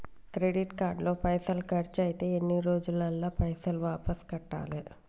Credit card లో పైసల్ ఖర్చయితే ఎన్ని రోజులల్ల పైసల్ వాపస్ కట్టాలే?